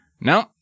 no